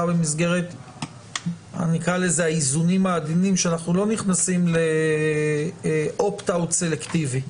במסגרת האיזונים העדינים שאנחנו לא נכנסים ל-opt out סלקטיבי.